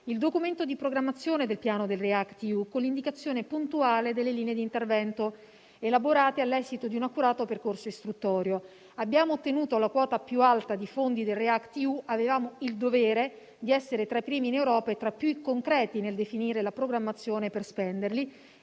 il documento di programmazione del piano React-EU, con l'indicazione puntuale delle linee di intervento elaborate all'esito di un accurato percorso istruttorio. Abbiamo ottenuto la quota più alta dei fondi del React-EU, quindi avevamo il dovere di essere tra i primi in Europa e tra i più concreti nel definire la programmazione per spenderli